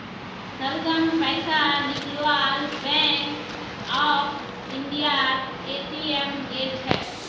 सरगम पैसा निकलवा बैंक ऑफ इंडियार ए.टी.एम गेल छ